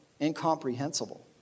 incomprehensible